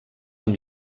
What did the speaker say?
amb